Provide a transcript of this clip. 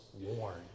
warned